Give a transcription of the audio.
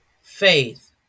faith